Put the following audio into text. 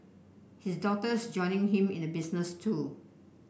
his daughter's joining him in the business too